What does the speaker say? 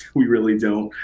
we really don't.